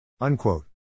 Unquote